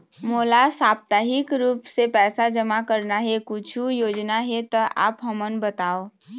मोला साप्ताहिक रूप से पैसा जमा करना हे, कुछू योजना हे त आप हमन बताव?